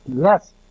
Yes